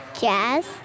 Jazz